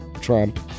Trump